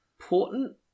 important